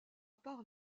part